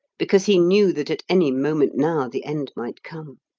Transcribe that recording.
because he knew that at any moment now the end might come.